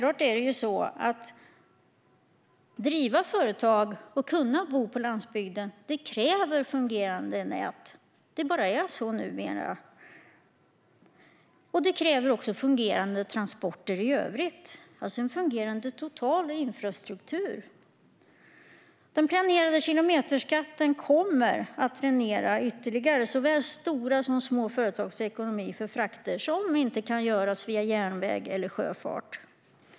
Att kunna driva företag och bo på landsbygden kräver självklart fungerande nät - det bara är så numera - och fungerande transporter i övrigt, det vill säga en fungerande total infrastruktur. Den planerade kilometerskatten kommer att ytterligare dränera såväl stora som små företags ekonomi på grund av frakter som inte kan göras via järnväg eller sjöfart.